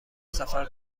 سفر